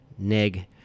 neg